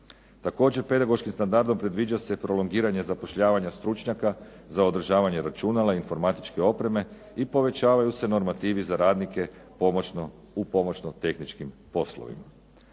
Također, pedagoškim standardom predviđa se prolongiranje zapošljavanje stručnjaka za održavanje računala, informatičke opreme i povećavaju se normativi za radnike u pomoćno-tehničkim poslovima.